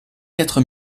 quatre